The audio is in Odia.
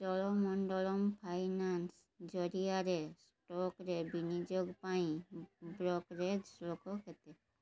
ଚୋଳମଣ୍ଡଳମ୍ ଫାଇନାନ୍ସ୍ ଜରିଆରେ ଷ୍ଟକରେ ବିନିଯୋଗ ପାଇଁ ବ୍ରୋକରେଜ୍ ଶୁଳ୍କ କେତେ